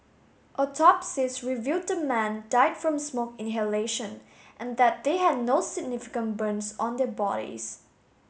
autopsies revealed the men died from smoke inhalation and that they had no significant burns on their bodies